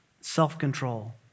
self-control